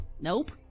Nope